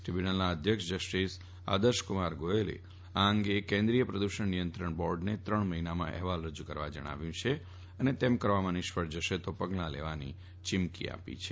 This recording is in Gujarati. ટ્રીબ્યુનલના અધ્યક્ષ જસ્ટીસ આદર્શક્રમાર ગોયલે આ અંગે કેન્દ્રીય પ્રદુષણ નિયંત્રણ બોર્ડને ત્રણ મહિનામાં અહેવાલ રજુ કરવા જણાવ્યું છે અને તેમ કરવામાં નિષ્ફળ જશે તો પગલા લેવાની ચીમકી આપી છે